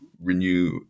renew